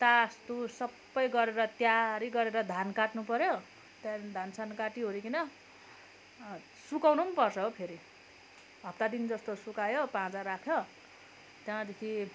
तासतुस सबै गरेर तयारी गरेर धान काट्नु पऱ्यो त्यहाँदेखि धान सान काटिओरिकन सुकाउनु पनि पर्छ हो फेरि हप्तादिन जस्तो सुकायो पाँजा राख्यो त्यहाँदेखि